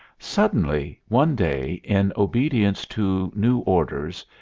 suddenly one day, in obedience to new orders,